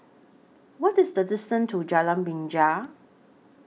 What IS The distance to Jalan Binja